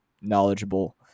knowledgeable